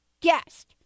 guest